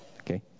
Okay